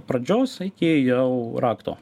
pradžios iki jau rakto